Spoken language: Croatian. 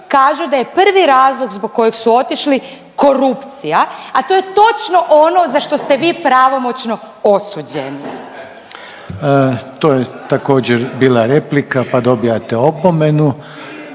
kažu da je prvi razlog zbog kojeg su otišli korupcija, a to je točno ono za što ste vi pravomoćno osuđeni. **Reiner, Željko (HDZ)** To je također bila replika pa dobijate opomenu.